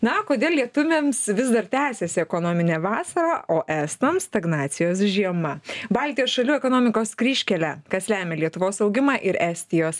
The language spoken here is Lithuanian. na kodėl lietuviams vis dar tęsiasi ekonominė vasara o estams stagnacijos žiema baltijos šalių ekonomikos kryžkelė kas lemia lietuvos augimą ir estijos